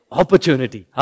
opportunity